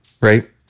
right